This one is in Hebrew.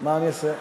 מה אני עושה?